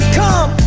come